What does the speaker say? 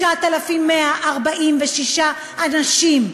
9,146 אנשים,